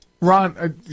Ron